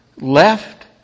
left